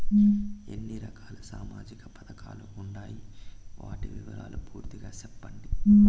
ఎన్ని రకాల సామాజిక పథకాలు ఉండాయి? వాటి వివరాలు పూర్తిగా సెప్పండి?